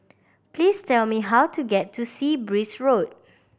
please tell me how to get to Sea Breeze Road